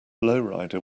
lowrider